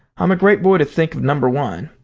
i'm a great boy to think of number one.